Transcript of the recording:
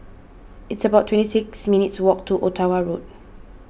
it's about twenty six minutes' walk to Ottawa Road